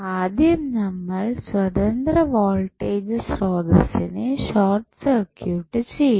ആദ്യം നമ്മൾ സ്വതന്ത്ര വോൾട്ടേജ് സ്രോതസ്സിനെ ഷോർട്ട് സർക്യൂട്ട് ചെയ്യും